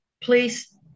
please